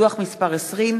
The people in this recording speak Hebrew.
דוח מס' 20,